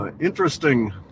interesting